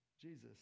jesus